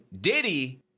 Diddy